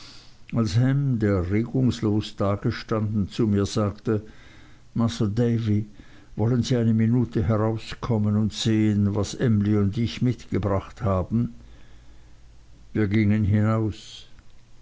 als ham der regungslos dagestanden zu mir sagte masr davy wollen sie eine minute herauskommen und sehen was emly und ich mitgebracht haben wir gingen hinaus